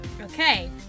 Okay